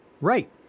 Right